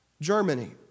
Germany